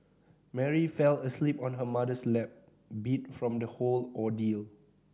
Mary fell asleep on her mother's lap beat from the whole ordeal